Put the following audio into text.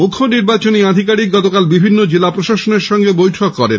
মুখ্য নির্বাচনী আধিকারিক গতকাল বিভিন্ন জেলা প্রশাসনের সঙ্গে বৈঠক করেন